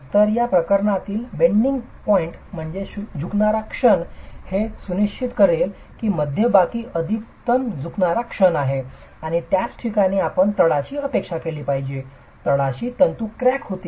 तर या प्रकरणातील झुकणारा क्षण हे सुनिश्चित करेल की मध्यभागी अधिकतम झुकणारा क्षण आहे आणि त्याच ठिकाणी आपण तळाशी अपेक्षा केली पाहिजे तळाशी तंतू क्रॅक होतील